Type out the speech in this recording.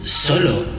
Solo